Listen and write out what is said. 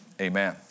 Amen